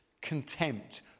contempt